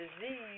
disease